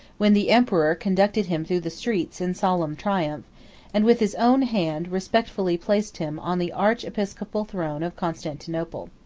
when the emperor conducted him through the streets in solemn triumph and, with his own hand, respectfully placed him on the archiepiscopal throne of constantinople.